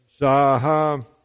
Saha